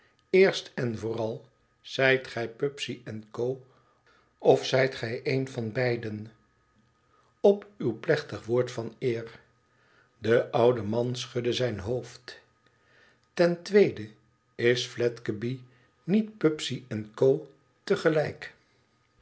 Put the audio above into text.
eerst en vooral zijt gij pubsey en co of zijt gij een van beiden op uw plechtig woord van eer de oude man schudde zijn hoofd iten tweede is fledgeby niet pubsey en co